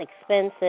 expensive